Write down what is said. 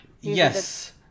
Yes